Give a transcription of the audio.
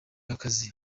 akazi